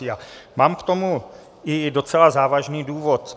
A mám k tomu i docela závažný důvod.